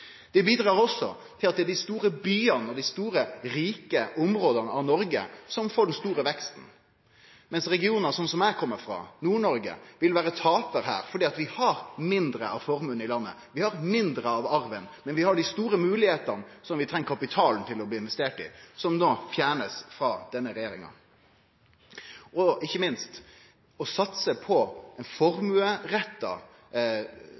bidrar òg til at det er dei store byane, dei store, rike områda av Noreg, som får den store veksten, mens regionar som der eg kjem frå, Nord-Noreg, vil vere taparar her, fordi vi har mindre av formuen i landet og mindre av arven, men vi har dei store moglegheitene, som vi treng at kapital blir investert i, som no blir fjerna av regjeringa. Og ikkje minst: Å satse på